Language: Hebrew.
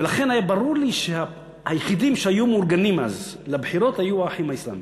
היה ברור לי שהיחידים שהיו מאורגנים אז לבחירות היו "האחים המוסלמים",